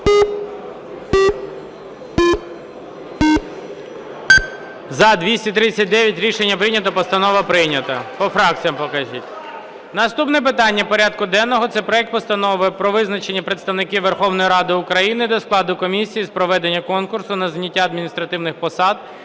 За-239 Рішення прийнято. Постанова прийнята. По фракціям покажіть. Наступне питання порядку денного - це проект Постанови про визначення представників Верховної Ради України до складу комісії з проведення конкурсу на зайняття адміністративних посад